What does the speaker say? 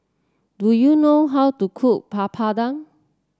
do you know how to cook Papadum